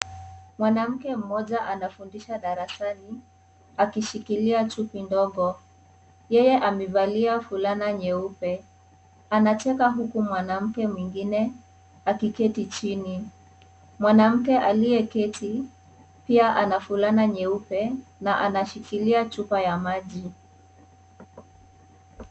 Mwanamke mmoja anafundisha darasani akishikilia chupi ndogo. Yeye amevalia fulana nyeupe. Anacheka huku mwanamke mwingine akiketi chini. Mwanamke aliyeketi pia ana fulana nyeupe na anashikilia chupa ya maji.